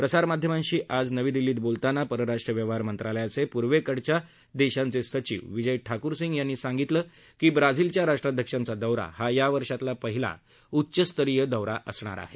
प्रसारमाध्यमांशी आज नवी दिल्लीत बोलताना परराष्ट्र व्यवहार मंत्रालयाचे पूर्वेकडच्या देशांचे सचिव विजय ठाकूर सिंग यांनी सांगितलं की ब्राझीलच्या राष्ट्राध्यक्षांचा दौरा हा या वर्षातला पहिला उच्चस्तरीय दौरा असणार आहे